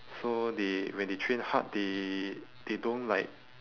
so they when they train hard they they don't like